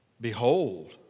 Behold